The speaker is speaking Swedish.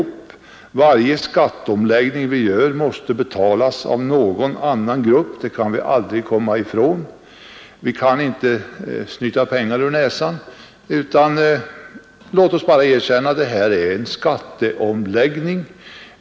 Vi kan inte komma ifrån att varje skatteomläggning måste betalas av någon annan grupp — vi kan inte snyta pengar ur näsan. Låt oss bara erkänna att det gäller en skatteomläggning.